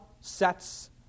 sets